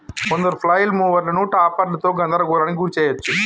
కొందరు ఫ్లైల్ మూవర్లను టాపర్లతో గందరగోళానికి గురి చేయచ్చు